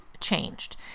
changed